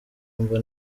wumva